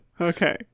okay